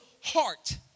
heart